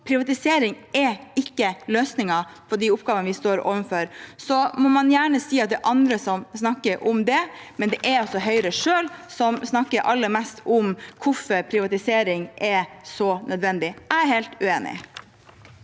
Privatisering er ikke løsningen på de oppgavene vi står overfor. Man må gjerne si at det er andre som snak ker om det, men det er Høyre selv som snakker aller mest om hvorfor privatisering er så nødvendig. Jeg er helt uenig.